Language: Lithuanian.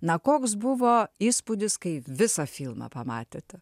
na koks buvo įspūdis kai visą filmą pamatėte